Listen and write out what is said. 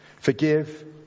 forgive